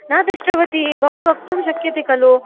न दृष्टवती भवान् वक्तुं शक्यते खलु